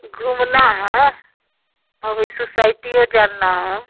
घूमना है अभी सुसाइटीए जानना है